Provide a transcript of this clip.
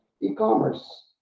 e-commerce